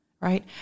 right